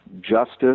justice